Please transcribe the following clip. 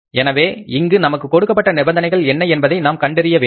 எனவே இங்கு நமக்கு கொடுக்கப்பட்ட நிபந்தனைகள் என்ன என்பதை நாம் கண்டறிய வேண்டும்